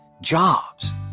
jobs